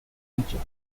feature